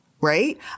right